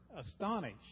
astonished